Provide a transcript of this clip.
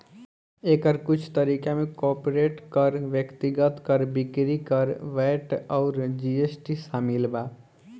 एकर कुछ तरीका में कॉर्पोरेट कर, व्यक्तिगत कर, बिक्री कर, वैट अउर जी.एस.टी शामिल बा